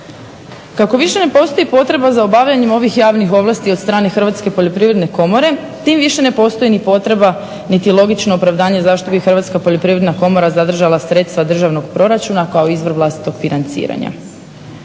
Kako više ne postoji potreba za obavljanje ovih javnih ovlasti od strane Hrvatske poljoprivredne komore tim više ne postoji ni potreba niti logično opravdanje zašto bi Hrvatske poljoprivredne komora zadržala sredstva državnog proračuna kao izvor vlastitog financiranja.